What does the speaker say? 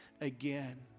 again